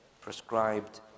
prescribed